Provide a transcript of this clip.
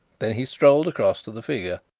then he strolled across to the figure.